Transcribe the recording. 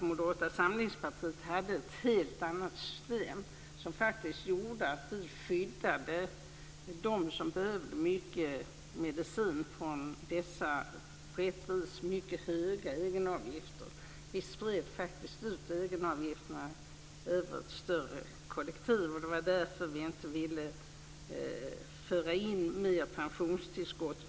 Moderata samlingspartiet hade ett helt annat system som gjorde att vi skyddade dem som behövde mycket medicin från dessa på ett vis mycket höga egenavgifter. Vi spred faktiskt ut egenavgifterna över ett större kollektiv. Det var därför vi inte ville föra in mer pensionstillskott.